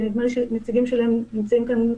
שנדמה לי שנציגים שלהם נמצאים כאן,